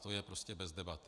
To je prostě bez debaty.